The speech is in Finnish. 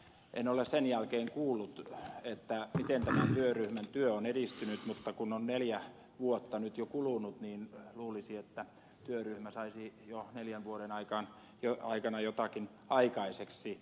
en ole sen jälkeen kuullut miten tämän työryhmän työ on edistynyt mutta kun on neljä vuotta nyt jo kulunut niin luulisi että työryhmä saisi jo neljän vuoden aikana jotakin aikaiseksi